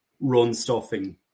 run-stuffing